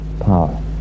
power